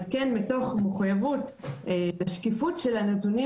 אז מתוך מחויבות לשקיפות של הנתונים